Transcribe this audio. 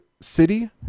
city